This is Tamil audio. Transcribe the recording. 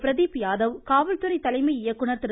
பிரதீப் யாதவ் காவல்துறை தலைமை இயக்குநர் திரு